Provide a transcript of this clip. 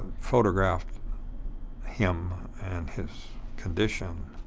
photographed him and his condition.